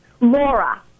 Laura